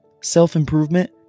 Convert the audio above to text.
self-improvement